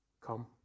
come